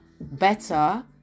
Better